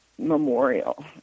memorial